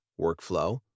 workflow